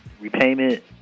repayment